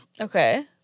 Okay